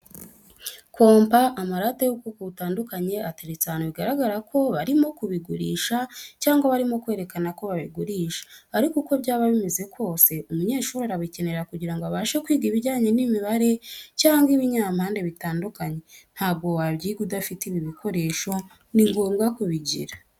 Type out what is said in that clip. Kompa, amarate y'ubwoko butandukanye ateretse ahantu bigaragara ko barimo kubigurisha cyangwa barimo kwerekana ko babigurisha, ariko uko byaba bimeze kose umunyeshuri arabikenera kugira ngo abashe kwiga ibijyanye n'imibare cyangwa ibinyampande bitandukanye, ntabwo wabyiga udafite ibi bikoresho ni ngombwa kubigira.